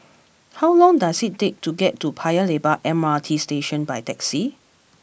how long does it take to get to Paya Lebar M R T Station by taxi